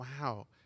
Wow